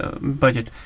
budget